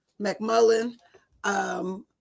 McMullen